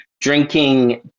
drinking